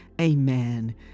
amen